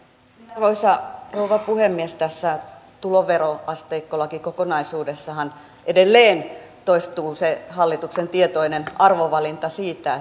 arvoisa rouva puhemies tässä tuloveroasteikkolakikokonaisuudessahan edelleen toistuu se hallituksen tietoinen arvovalinta siitä